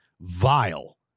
vile